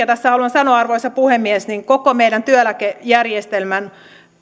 tässä sanoa arvoisa puhemies että koko meidän työeläkejärjestelmämme